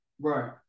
Right